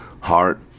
heart